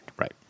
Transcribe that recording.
Right